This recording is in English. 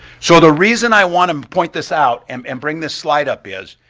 so the reason i want to point this out, um and bring this slide up is,